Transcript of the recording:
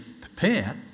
Prepare